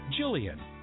Jillian